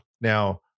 now